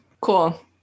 Cool